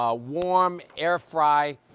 ah warm air fry.